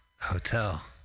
hotel